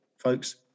Folks